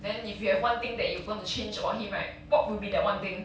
then if you have one thing that you want to change about him right what will be that one thing